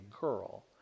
girl